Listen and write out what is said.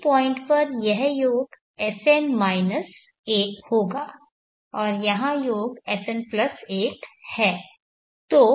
इस पॉइंट पर यह योग Sn माइनस 1 Sn 1 होगा और यहाँ योग Sn प्लस 1 Sn1 है